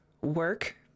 work